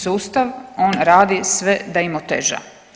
Sustav on radi sve da im oteža.